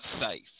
safe